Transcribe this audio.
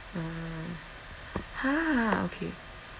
ah !huh! okay